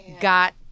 got